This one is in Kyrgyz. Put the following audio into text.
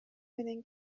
менен